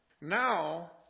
Now